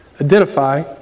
Identify